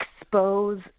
expose